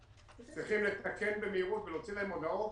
צריכים לתקן עכשיו במהירות ולהוציא לאנשים הודעות